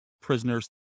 prisoners